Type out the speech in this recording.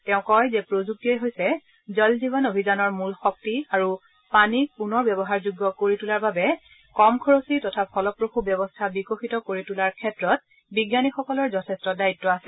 তেওঁ কয় যে প্ৰযুক্তিয়েই হৈছে জল জীৱন অভিযানৰ মূল শক্তি আৰু পানীক পুৰন ব্যৱহাৰযোগ্য কৰি তোলাৰ বাবে কম খৰচী তথা ফলপ্ৰসু ব্যৱস্থা বিকশিত কৰি তোলাৰ ক্ষেত্ৰত বিজ্ঞানীসকলৰ যথেষ্ঠ দায়িত্ব আছে